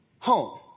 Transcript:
Home